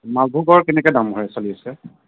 মালভোগৰ কেনেকুৱা দাম হয় চলি আছে